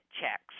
checks